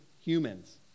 humans